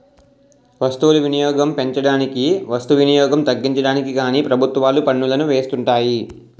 వస్తువులు వినియోగం పెంచడానికి వస్తు వినియోగం తగ్గించడానికి కానీ ప్రభుత్వాలు పన్నులను వేస్తుంటాయి